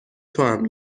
توام